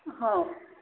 ହଉ